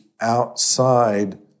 outside